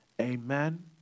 Amen